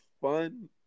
fun